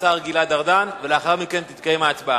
השר גלעד ארדן, ולאחר מכן תתקיים ההצבעה.